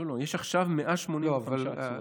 לא, לא, יש עכשיו 185 עצורים.